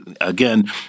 Again